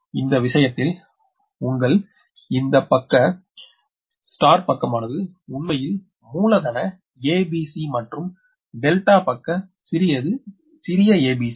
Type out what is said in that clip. எனவே இந்த விஷயத்தில் உங்கள் இந்த பக்க நட்சத்திர பக்கமானது உண்மையில் மூலதன A B C மற்றும் டெல்டா பக்க சிறியது a b c